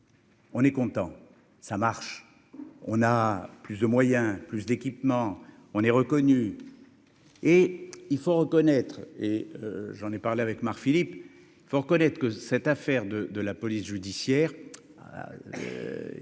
On est content, ça marche, on a plus de moyens, plus d'équipements, on est reconnu et il faut reconnaître, et j'en ai parlé avec Philippe, il faut reconnaître que cette affaire de de la police judiciaire